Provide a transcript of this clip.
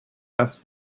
best